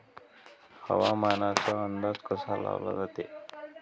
हवामानाचा अंदाज कसा लावला जाते?